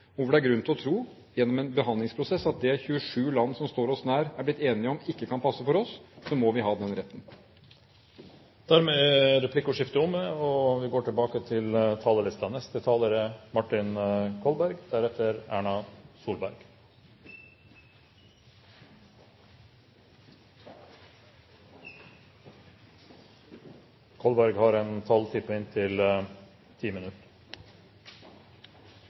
og hvor det er grunn til å tro gjennom en behandlingsprosess at det som 27 land som står oss nær, er blitt enige om, ikke kan passe for oss. Derfor må vi ha den retten. Replikkordskifte er dermed omme. Det er blitt sagt, og derfor begynner jeg med å si at det er en selvsagt ting at vi som nå går